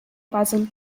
puzzle